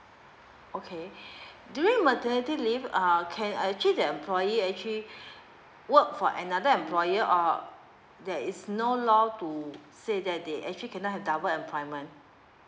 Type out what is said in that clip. okay during maternity leave uh can actually that employee actually work for another employer or there is no law to say that they actually cannot have double employment